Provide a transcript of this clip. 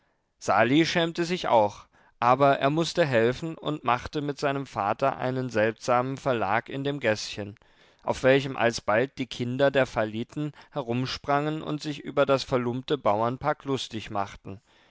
sali schämte sich auch aber er mußte helfen und machte mit seinem vater einen seltsamen verlag in dem gäßchen auf welchem alsbald die kinder der falliten herumsprangen und sich über das verlumpte bauernpack lustig machten